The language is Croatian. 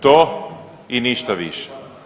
To i ništa više.